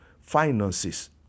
finances